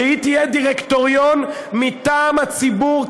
שהיא תהיה דירקטוריון מטעם הציבור,